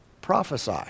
prophesy